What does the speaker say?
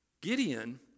Gideon